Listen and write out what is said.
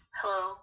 Hello